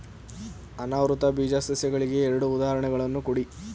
ಅನಾವೃತ ಬೀಜ ಸಸ್ಯಗಳಿಗೆ ಎರಡು ಉದಾಹರಣೆಗಳನ್ನು ಕೊಡಿ